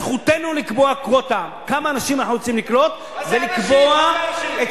זכותנו לקבוע קווטה כמה אנחנו רוצים לקלוט ולקבוע את